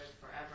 forever